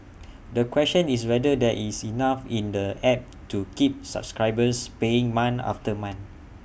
the question is whether there is enough in the app to keep subscribers paying month after month